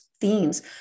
themes